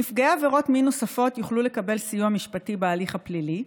נפגעי עבירות מין נוספות יוכלו לקבל סיוע משפטי בהליך הפלילי,